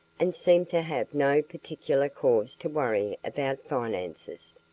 and seemed to have no particular cause to worry about finances.